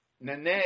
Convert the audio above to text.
Nene